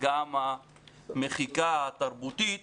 וגם המחיקה התרבותית,